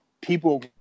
people –